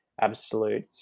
absolute